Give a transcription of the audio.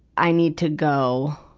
i need to go,